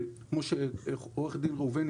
כמו שהסבירה עורכת הדין ראובני,